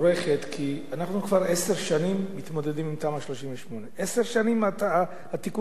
כי אנחנו כבר עשר שנים מתמודדים עם תמ"א 38. עשר שנים התיקון הזה קיים,